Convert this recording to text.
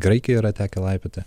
graikijoj yra tekę laipioti